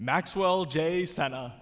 maxwell jay santa